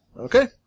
Okay